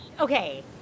okay